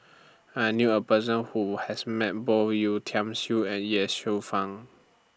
I knew A Person Who has Met Both Yeo Tiam Siew and Ye Shufang